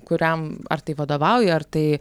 kuriam ar tai vadovauja ar tai